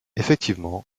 effectivement